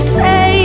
say